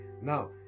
Now